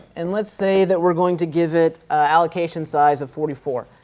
and let's say that we're going to give it allocation size of forty four.